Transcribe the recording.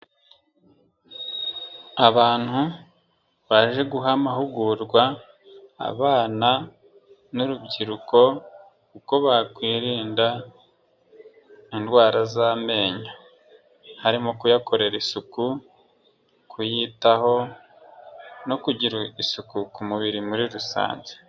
Abantu baje guha amahugurwa abana n'urubyiruko uko bakwirinda indwara z'amenyo, harimo kuyakorera isuku, kuyitaho no kugira isuku ku mubiri muri rusange.